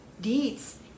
deeds